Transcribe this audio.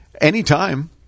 anytime